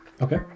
Okay